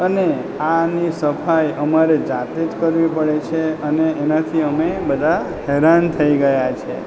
અને આની સફાઈ અમારે જાતે જ કરવી પડે છે અને એનાથી અમે બધા હેરાન થઈ ગયાં છીએ